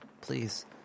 please